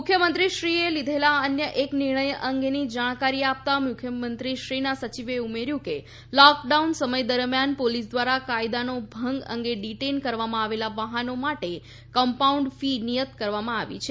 મુખ્યમંત્રીશ્રીએ લીધેલા અન્ય એક નિર્ણય અંગેની જાણકારી આપતાં મુખ્યમંત્રીશ્રીના સચિવે ઉમેર્યુ કે લોકડાઉન સમય દરમ્યાન પોલીસ દ્વારા કાયદા ભંગ અંગે ડિટેઇન કરવામાં આવેલા વાહનો માટે કમ્પાઉન્ડીંગ ફી નિયત કરવામાં આવી છે